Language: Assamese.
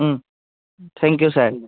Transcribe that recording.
thank you sir